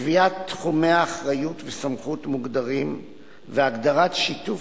קביעת תחומי אחריות וסמכות מוגדרים והגדרת שיתוף